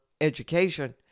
education